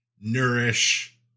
Nourish